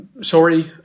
sorry